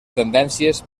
tendències